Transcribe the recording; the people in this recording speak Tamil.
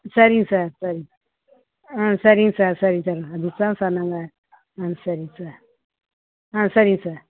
சரிங்க சார் சரிங்க ஆ சரிங்க சார் சரிங்க சார் மிஸ் தான் சொன்னாங்க ஆ சரிங்க சார் ஆ சரிங்க சார்